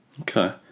Okay